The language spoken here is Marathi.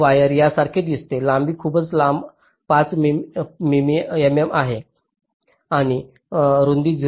वायर यासारखे दिसते लांबी खूपच लांब 5 मिमी आहे आणि रुंदी 0